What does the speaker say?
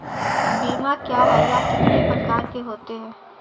बीमा क्या है यह कितने प्रकार के होते हैं?